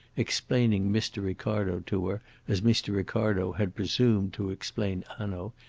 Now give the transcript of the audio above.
explaining mr. ricardo to her as mr. ricardo had presumed to explain hanaud,